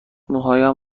موهایم